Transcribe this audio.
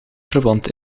verwant